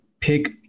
pick